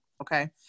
okay